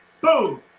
Boom